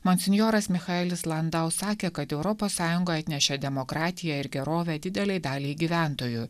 monsinjoras michaelis landau sakė kad europos sąjunga atnešė demokratiją ir gerovę didelei daliai gyventojų